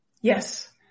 Yes